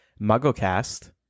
MuggleCast